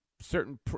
certain